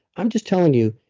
i'm just telling you,